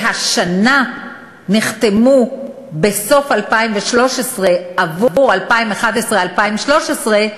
שהשנה נחתמו בסוף 2013 עבור 2011 2013,